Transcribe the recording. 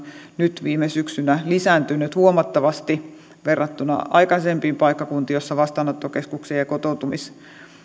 nyt viime syksynä tullut huomattavasti lisää verrattuna aikaisempiin paikkakuntiin joissa vastaanottokeskuksia ja